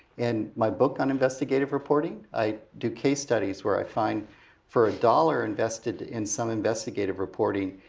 and my book on investigative reporting, i do case studies where i find for a dollar invested in some investigative reporting,